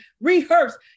rehearse